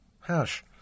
hash